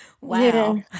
wow